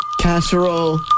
Casserole